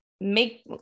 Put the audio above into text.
make